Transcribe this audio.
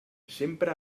sempre